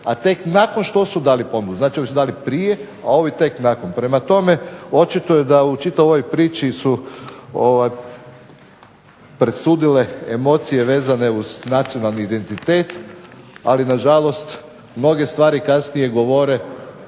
a tek nakon što su dali ponudi. Znači ovi su dali prije, a ovi tek nakon. Prema tome, očito je da su u ovoj čitavoj priči presudile emocije vezane uz nacionalni identitet ali nažalost mnoge stvarne kasnije govore